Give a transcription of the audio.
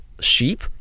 sheep